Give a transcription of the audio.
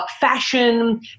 fashion